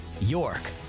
york